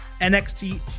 NXT